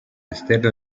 esterno